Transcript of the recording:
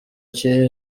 cye